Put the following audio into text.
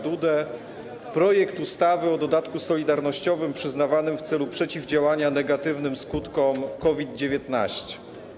Dudę projekt ustawy o dodatku solidarnościowym przyznawanym w celu przeciwdziałania negatywnym skutkom COVID-19.